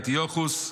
אנטיוכוס,